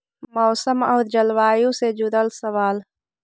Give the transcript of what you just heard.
मौसम और जलवायु से जुड़ल सवाल?